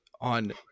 on